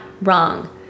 wrong